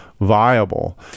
viable